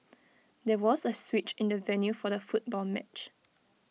there was A switch in the venue for the football match